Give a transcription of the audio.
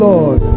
Lord